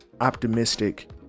optimistic